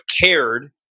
cared